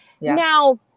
now